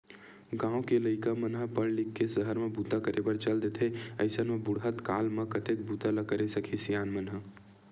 गाँव के लइका मन ह पड़ लिख के सहर म बूता करे बर चल देथे अइसन म बुड़हत काल म कतेक बूता ल करे सकही सियान मन ह